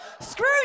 Screw